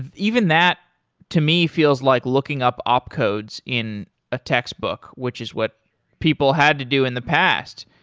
even that to me feels like looking up op-codes in a textbook, which is what people had to do in the past.